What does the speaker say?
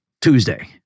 Tuesday